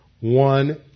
one